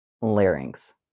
larynx